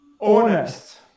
honest